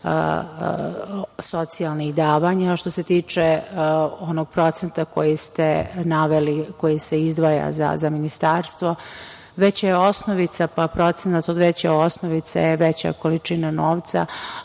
socijalnih davanja. Što se tiče onog procenta koji ste naveli i koji se izdvaja za ministarstvo, već je osnovica, pa procenat od veće osnovice i veća količina novca,